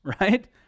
right